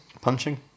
punching